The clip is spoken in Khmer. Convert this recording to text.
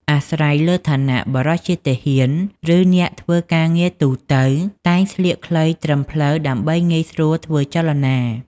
អាស្រ័យលើឋានៈ បុរសជាទាហាន ឬអ្នកធ្វើការងារទូទៅ តែងស្លៀកខ្លីត្រឹមភ្លៅដើម្បីងាយស្រួលធ្វើចលនា។